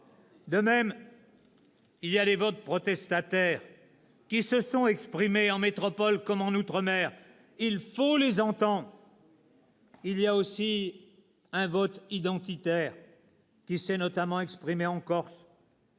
De même, il y a des votes protestataires qui se sont exprimés en métropole comme en outre-mer ; il faut les entendre. Il y a aussi un vote identitaire, qui s'est notamment exprimé en Corse